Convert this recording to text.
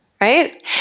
Right